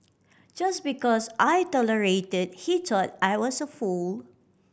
just because I tolerated he thought I was a fool